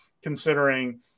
Considering